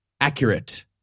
accurate